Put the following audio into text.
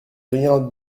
rien